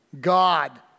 God